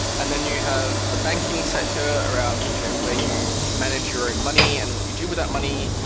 and then you have the banking sector around you know where you manage your own money and what you do with that money,